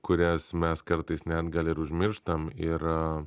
kurias mes kartais net gal ir užmirštam ir